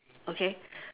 okay